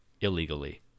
illegally